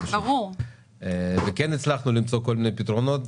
החדשים וכן הצלחנו למצוא כל מיני פתרונות.